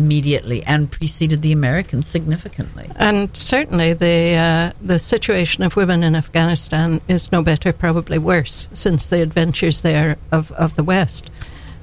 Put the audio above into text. immediately and preceded the american significantly and certainly the the situation of women in afghanistan is no better probably worse since they adventures there of the west